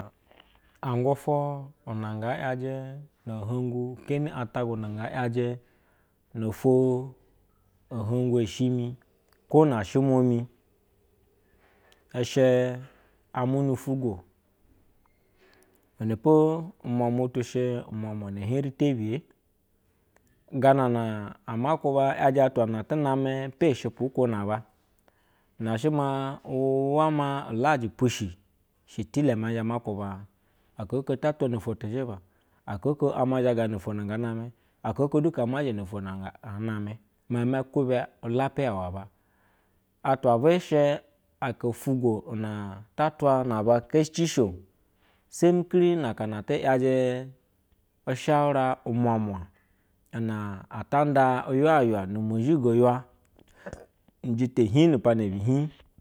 A gutu babga yajɛ no ohungu keni utaguna nga iyake no to oshigu eshimi, ko nasi shimuna ishe amure ango wen epo umuna tu she umua hen tebiye, gana amakuba yaje atuaan ati nama ere ushupa, noha sha ma usula ma ula ai pushi shɛ tile izhe maku baa aka oko ta tula ni tizhiba aka oko ama zaganino na nga, name aho au leaa mazha no ofwong a namema ma ju be ulapiya aba atwa she ta atwa na aba sem keri na ata na ati iyajɛ ushuarra umu yau nu mozhigo ya nijata hii nu piana bi hii.